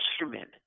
instrument